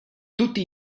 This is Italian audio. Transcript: tutti